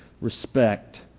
respect